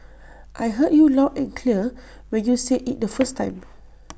I heard you loud and clear when you said IT the first time